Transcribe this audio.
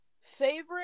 favorite